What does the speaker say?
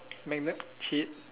magnet chip